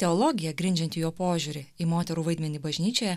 teologija grindžianti jo požiūrį į moterų vaidmenį bažnyčioje